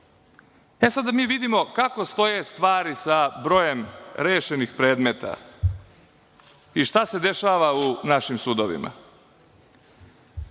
2800.Sada da vidimo kako stoje stvari sa brojem rešenih predmeta i šta se dešava u našim sudovima.